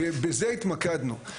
ובזה התמקדנו.